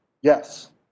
Yes